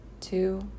two